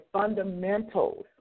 fundamentals